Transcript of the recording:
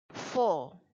four